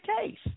case